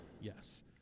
Yes